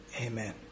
Amen